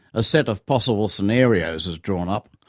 a set of possible scenarios is drawn up,